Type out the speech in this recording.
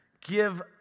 Give